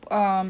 um